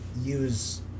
use